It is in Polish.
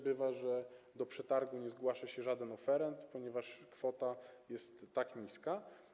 Bywa, że do przetargu nie zgłasza się żaden oferent, ponieważ kwota jest tak niska.